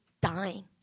dying